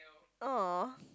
!aww!